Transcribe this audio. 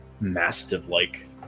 mastiff-like